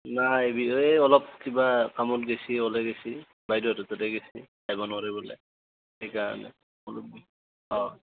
নাই এই অলপ কিবা কামত গৈছে ওলাই গৈছে বাইদেউহাতৰ তাতে গৈছে আইভা নোৱাৰে বোলে সেইকাৰণে অঁ